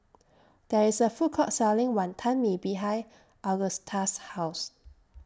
There IS A Food Court Selling Wantan Mee behind Agusta's House